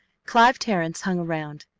clive terrence hung around.